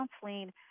counseling